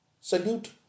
salute